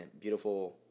beautiful